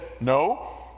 no